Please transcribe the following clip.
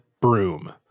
broom